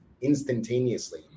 instantaneously